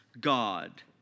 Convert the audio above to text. God